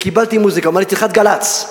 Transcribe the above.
אומר לי: תלחץ גל"צ,